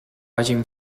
hagin